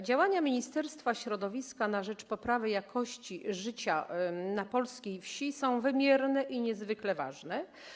Działania Ministerstwa Środowiska na rzecz poprawy jakości życia na polskiej wsi są wymierne i niezwykle ważne.